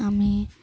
ଆମେ